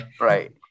Right